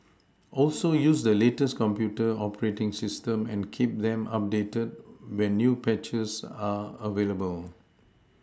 also use the latest computer operating system and keep them updated when new patches are available